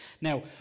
Now